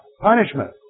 punishment